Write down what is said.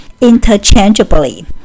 interchangeably